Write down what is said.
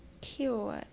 cute